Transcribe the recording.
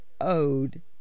ode